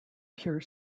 pure